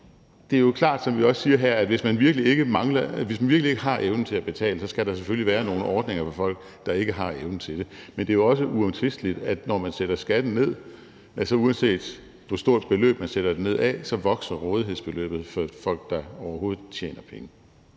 det er jo klart, som vi også siger her, at hvis man virkelig ikke har evnen til at betale, så skal der selvfølgelig være nogle ordninger for folk, der ikke har evnen til det. Men det er også uomtvisteligt, at når man sætter skatten ned – uanset hvor stort et beløb man sætter den ned med – så vokser rådighedsbeløbet for folk, der overhovedet tjener penge.